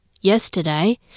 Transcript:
yesterday